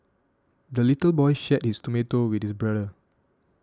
the little boy shared his tomato with his brother